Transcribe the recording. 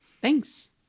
Thanks